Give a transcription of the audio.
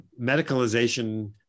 medicalization